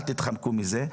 אל תתחמקו מזה.